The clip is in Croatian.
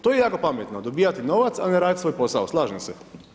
To je jako pametno, dobivati novac, a ne raditi svoj posao, slažem se.